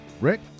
Rick